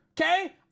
okay